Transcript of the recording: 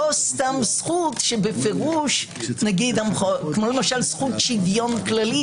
סתם זכות שבפירוש כמו זכות שוויון כללית.